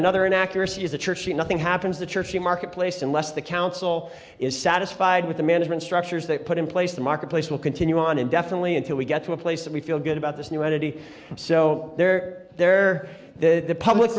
another inaccuracy is the church the nothing happens the church the marketplace unless the council is satisfied with the management structures they put in place the marketplace will continue on indefinitely until we get to a place that we feel good about this new entity so they're there that the public